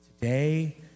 Today